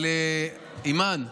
אבל אימאן,